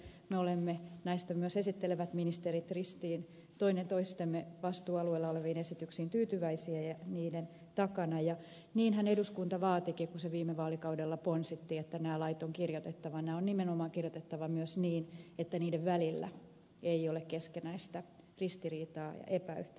me olemme näistä myös esittelevät ministerit ristiin toinen toistemme vastuualueella oleviin esityksiin tyytyväisiä ja niiden takana ja niinhän eduskunta vaatikin kun se viime vaalikaudella ponsitti että nämä lait on kirjoitettava ja ne on nimenomaan kirjoitettava myös niin että niiden välillä ei ole keskinäistä ristiriitaa ja epäyhtenäisyyttä